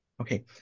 Okay